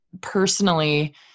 personally